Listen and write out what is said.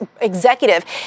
executive